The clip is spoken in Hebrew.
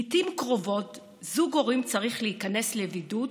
לעיתים קרובות זוג הורים צריכים להיכנס לבידוד